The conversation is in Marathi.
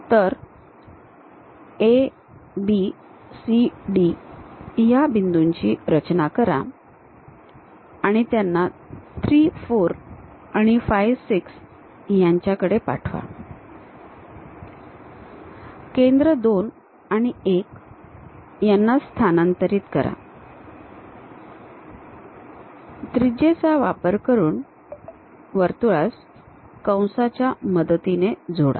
तर AB CD या बिंदूंची रचना करा आणि त्यांना 3 4 आणि 5 6 यांच्याकडे पाठवा केंद्र 2 आणि 1 याना स्थानांतरीत करा त्रिज्येचा वापर करून वर्तुळास कंसाच्या मदतीने जोडा